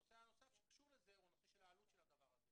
הנושא הנוסף שקשור לזה הוא הנושא של העלות של הדבר הזה.